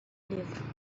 livro